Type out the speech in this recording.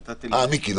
נתתי למיקי.